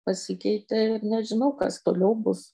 pasikeitė ir nežinau kas toliau bus